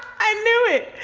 i knew it.